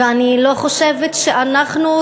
ואני לא חושבת שאנחנו,